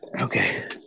okay